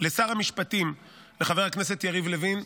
לשר המשפטים חבר הכנסת יריב לוין,